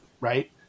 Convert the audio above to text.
right